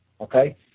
okay